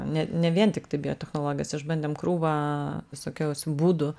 ne ne vien tiktai biotechnologijas išbandėm krūvą visokiausių būdų